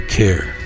care